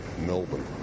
Melbourne